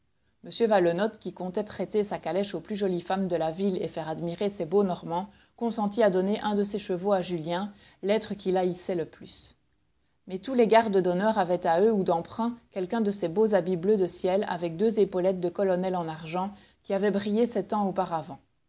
m valenod qui comptait prêter sa calèche aux plus jolies femmes de la ville et faire admirer ses beaux normands consentit à donner un de ses chevaux à julien l'être qu'il haïssait le plus mais tous les gardes d'honneur avaient à eux ou d'emprunt quelqu'un de ces beaux habits bleu de ciel avec deux épaulettes de colonel en argent qui avaient brillé sept ans auparavant